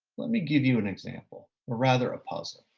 let me give you an example or rather a puzzle.